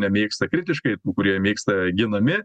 nemėgsta kritiškai tų kurie mėgsta ginami